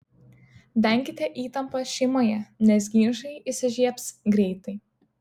venkite įtampos šeimoje nes ginčai įsižiebs greitai